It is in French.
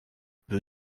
peu